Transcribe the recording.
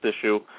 issue